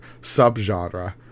subgenre